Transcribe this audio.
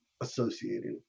Associated